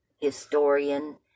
historian